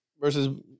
versus